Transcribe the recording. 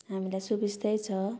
हामीलाई सुबिस्तै छ